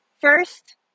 First